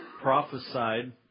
prophesied